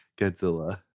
Godzilla